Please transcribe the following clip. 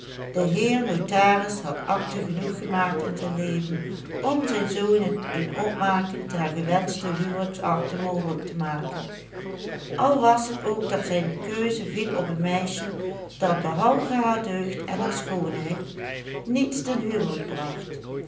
de heer notaris had akten genoeg gemaakt in zijn leven om zijn zoon het doen opmaken der gewenschte huwelijksakte mogelijk te maken al was het ook dat zijne keuze viel op een meisje dat behalve haar deugd en haar schoonheid niets ten huwelijk bracht